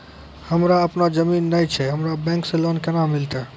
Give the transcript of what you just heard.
हमरा आपनौ जमीन नैय छै हमरा बैंक से लोन केना मिलतै?